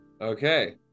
Okay